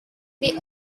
they